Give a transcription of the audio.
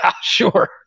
sure